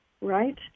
right